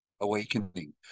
awakening